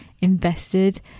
invested